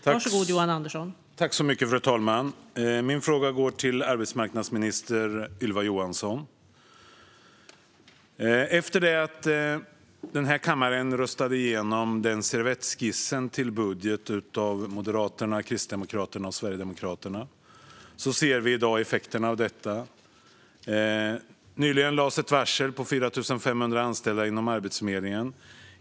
Fru talman! Min fråga går till arbetsmarknadsminister Ylva Johansson. Efter det att kammaren med hjälp av Sverigedemokraterna röstade igenom Moderaternas och Kristdemokraternas servettskiss till budget ser vi i dag effekterna. Nyligen lades ett varsel på 4 500 anställda inom Arbetsförmedlingen.